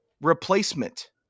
replacement